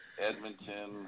Edmonton